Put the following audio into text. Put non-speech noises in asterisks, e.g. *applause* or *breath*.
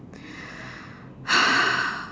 *breath*